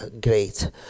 great